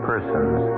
persons